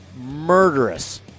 murderous